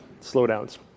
slowdowns